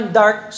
dark